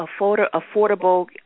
Affordable